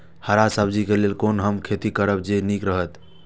हरा सब्जी के लेल कोना हम खेती करब जे नीक रहैत?